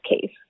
case